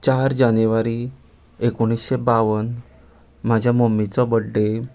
चार जानेवरी एकुणशे बावन म्हाजे मम्मीचो बड्डे